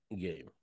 game